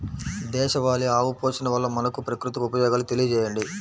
దేశవాళీ ఆవు పోషణ వల్ల మనకు, ప్రకృతికి ఉపయోగాలు తెలియచేయండి?